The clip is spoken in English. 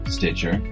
Stitcher